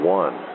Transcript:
one